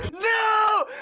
no!